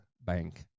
bank